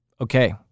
okay